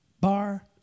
Bar